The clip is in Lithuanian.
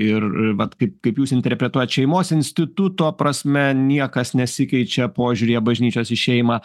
ir vat kaip kaip jūs interpretuojat šeimos instituto prasme niekas nesikeičia požiūryje bažnyčios į šeimą